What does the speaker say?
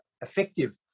effective